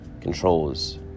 controls